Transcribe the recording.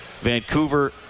Vancouver